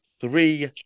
three